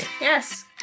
Yes